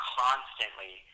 constantly